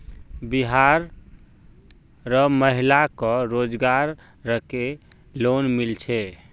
बिहार र महिला क रोजगार रऐ लोन मिल छे